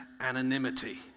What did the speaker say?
anonymity